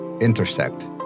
intersect